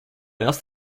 erst